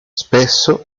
spesso